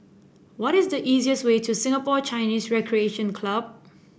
what is the easiest way to Singapore Chinese Recreation Club